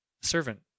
Servant